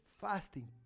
fasting